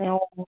অঁ